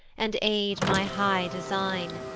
and aid my high design.